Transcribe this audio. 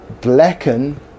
blacken